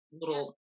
little